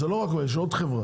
זה לא רק הם, יש עוד חברה.